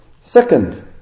Second